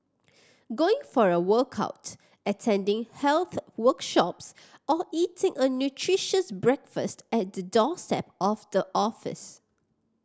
going for a workout attending health workshops or eating a nutritious breakfast at the doorstep of the office